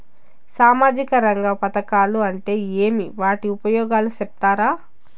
సామాజిక రంగ పథకాలు అంటే ఏమి? వాటి ఉపయోగాలు సెప్తారా?